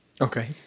Okay